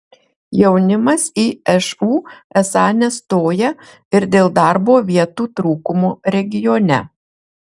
jaunimas į šu esą nestoja ir dėl darbo vietų trūkumo regione